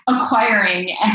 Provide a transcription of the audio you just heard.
acquiring